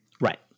right